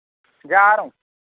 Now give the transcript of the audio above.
جی آ رہا ہوں